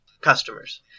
customers